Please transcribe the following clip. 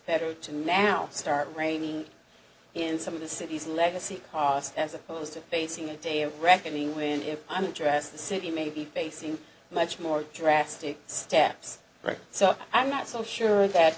better to now start raining in some of the city's legacy costs as opposed to facing a day of reckoning when if i'm dressed the city may be facing much more drastic steps so i'm not so sure that